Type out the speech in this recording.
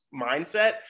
mindset –